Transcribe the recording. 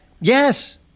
Yes